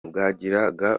bwagiraga